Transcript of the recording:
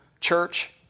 church